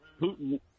Putin